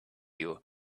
you